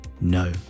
no